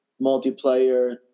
multiplayer